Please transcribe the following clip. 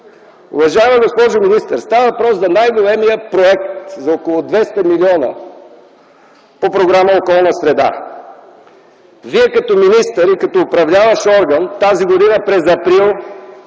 Уважаема госпожо министър, става въпрос за най-големия проект за около 200 милиона. по Програма „Околна среда”. Вие като министър и като управляващ орган тази година през м. април